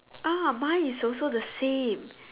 ah mine is also the same